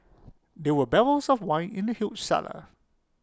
there were barrels of wine in the huge cellar